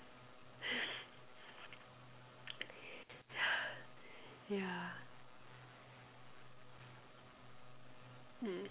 yeah mm